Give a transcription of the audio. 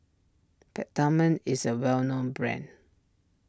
Peptamen is a well known brand